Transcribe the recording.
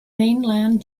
mainland